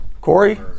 Corey